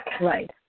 Right